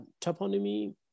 toponymy